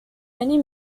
many